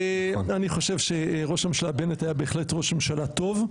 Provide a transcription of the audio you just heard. אני חושב שראש הממשלה בנט היה בהחלט ראש ממשלה טוב.